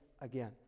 again